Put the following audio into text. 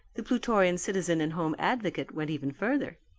the plutorian citizen and home advocate, went even further.